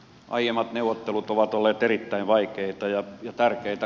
aiemmat neuvottelut ovat olleet erittäin vaikeita ja tärkeitä